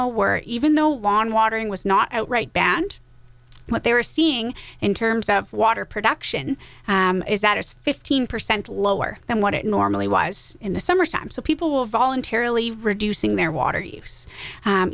were even though warm water and was not outright banned what they are seeing in terms of water production is that is fifteen percent lower than what it normally was in the summertime so people will voluntarily reducing their water u